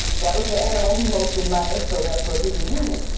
that was the animal he most admired so that's what he was using.